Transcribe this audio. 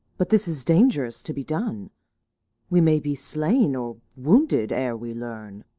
but this is dangerous to be done we may be slain or wounded ere we learn.